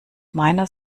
meiner